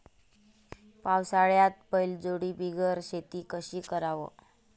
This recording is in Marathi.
पावसाळ्यात बैलजोडी बिगर शेती कशी कराव?